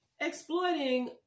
exploiting